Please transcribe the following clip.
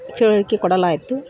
ತಿಳ್ವಳ್ಕೆ ಕೊಡಲಾಯಿತು